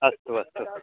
अस्तु अस्तु